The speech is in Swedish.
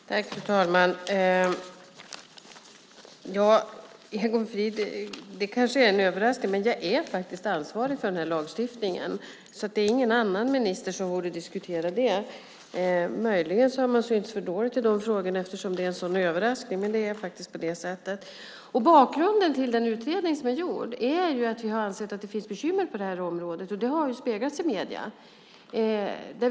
Fru talman! Det är kanske en överraskning, men jag är faktiskt, Egon Frid, ansvarig för den här lagstiftningen, så det är ingen annan minister som borde diskutera den. Möjligen har jag synts för dåligt i de frågorna eftersom det är en sådan överraskning, men det är alltså på nämnda sätt. Bakgrunden till den utredning som är gjord är att vi har ansett att det finns bekymmer på det här området, vilket har speglats i medierna.